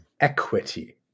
equity